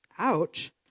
Ouch